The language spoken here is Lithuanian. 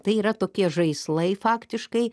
tai yra tokie žaislai faktiškai